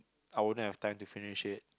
I wouldn't have time to finish it